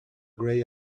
grey